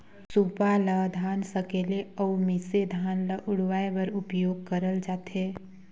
सूपा ल धान सकेले अउ मिसे धान ल उड़वाए बर उपियोग करल जाथे